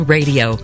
Radio